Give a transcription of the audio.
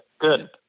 good